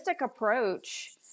approach